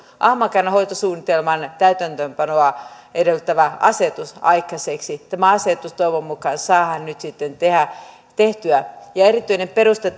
ahmakannan hoitosuunnitelman täytäntöönpanoa edellyttävä asetus aikaiseksi tämä asetus toivon mukaan saadaan nyt sitten tehtyä erityinen peruste